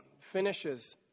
finishes